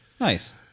Nice